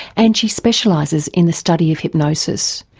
and she specialises in the study of hypnosis.